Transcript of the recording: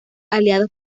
aliados